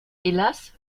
hélas